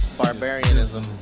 barbarianism